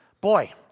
Boy